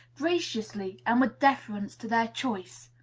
graciously, and with deference to their choice.